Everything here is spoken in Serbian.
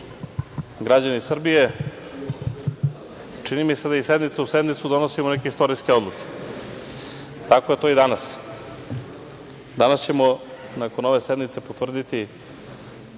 građani Srbije, čini mi se da iz sednice u sednicu donosimo neke istorijske odluke, a tako je to i danas. Danas ćemo nakon ove sednice potvrditi